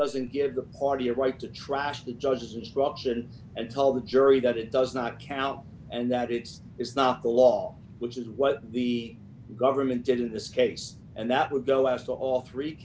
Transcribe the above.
doesn't give the party a right to trash the judge's instruction and tell the jury got it does not count and that it's is not the law which is what the government did in this case and that would go as to all three